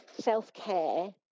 self-care